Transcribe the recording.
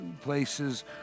places